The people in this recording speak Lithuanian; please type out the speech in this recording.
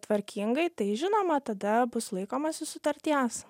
tvarkingai tai žinoma tada bus laikomasi sutarties